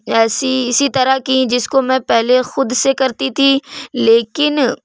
ایسی اسی طرح کی جس کو میں پہلے خود سے کرتی تھی لیکن